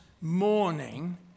morning